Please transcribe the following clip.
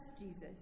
Jesus